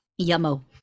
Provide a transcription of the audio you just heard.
Yummo